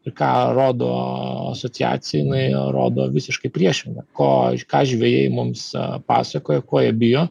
ir ką rodo asociacija jinai rodo visiškai priešingą ko ką žvejai mums pasakoja ko jie bijo